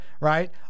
right